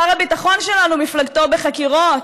שר הביטחון שלנו, מפלגתו בחקירות,